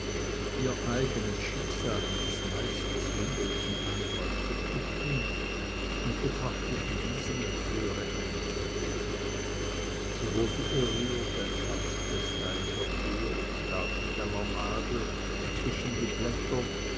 ihr eigenes schicksal an des meisters wunderlichen einfall zu knüpfen und betrachtete diesen als eine höhere eingebung sie holte gerührt ein schatzkästlein hervor und stach mit einer nadel zwischen die blätter